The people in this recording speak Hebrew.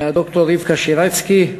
ד"ר רבקה שירצקי,